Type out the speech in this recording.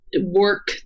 work